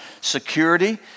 security